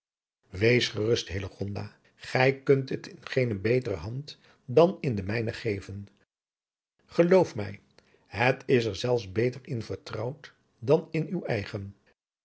gij kunt het in geene betere hand dan in de mijne geven geloof mij het is er zelfs beter in vertrouwd dan in uw eigen